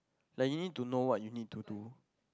like you need to know what you need to do